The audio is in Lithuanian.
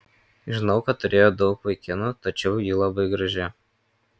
žinau kad turėjo daug vaikinų tačiau ji labai graži